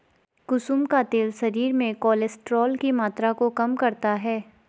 कुसुम का तेल शरीर में कोलेस्ट्रोल की मात्रा को कम करता है